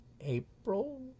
April